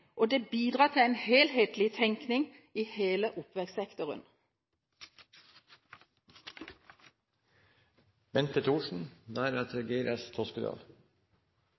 det bidrar til en helhetlig tenkning i hele